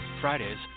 Fridays